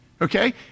Okay